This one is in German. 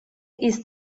ist